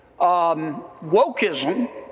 Wokeism